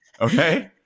Okay